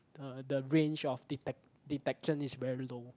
the the range of detect detection is very low